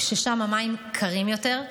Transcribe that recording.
ששם המים קרים יותר,